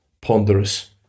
ponderous